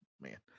man